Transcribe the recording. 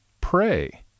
pray